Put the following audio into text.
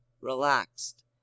relaxed